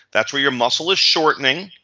that is where your muscle is shortening,